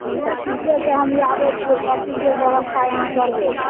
अच्छा ठीके छै हम आबै छियै सबचीजके व्यवस्था अहाँ करबै